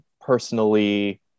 personally